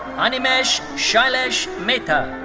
animesh shailesh mehta.